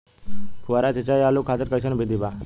फुहारा सिंचाई आलू खातिर कइसन विधि बा?